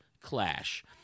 Clash